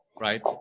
right